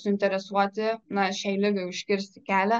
suinteresuoti na šiai ligai užkirsti kelią